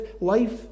life